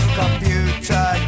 computer